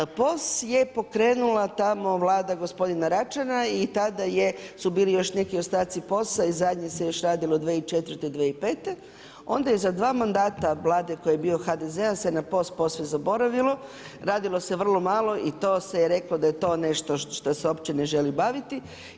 POS je pokrenula tamo vlada gospodina Račana i tada su još bili neki ostaci POS-a i zadnje se još radilo 2004., 2005. onda je za dva mandata vlade koji je bio HDZ-a se na POS posve zaboravilo, radilo se vrlo malo i to se je reklo da je to nešto što se uopće ne želi baviti.